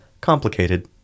complicated